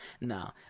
no